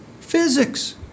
Physics